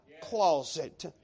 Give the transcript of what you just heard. closet